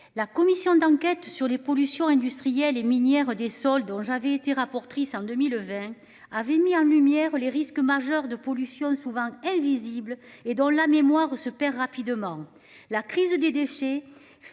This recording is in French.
La commission d'enquête sur les pollutions industrielles et minières des soldes dont j'avais été rapportrice en 2020 avait mis en lumière les risques majeurs de pollution souvent invisibles et dans la mémoire se perd rapidement